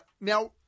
Now